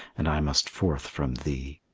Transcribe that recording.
and i must forth from thee.